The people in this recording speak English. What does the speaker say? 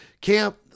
Camp